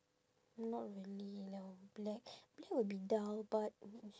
not really black black will be dull but